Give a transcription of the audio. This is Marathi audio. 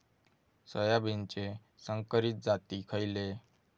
सोयाबीनचे संकरित जाती खयले?